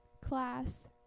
class